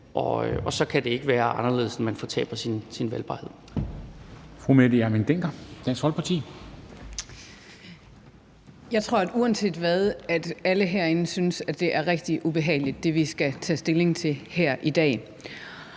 og så kan det ikke være anderledes, end at man fortaber sin valgbarhed.